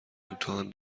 امتحان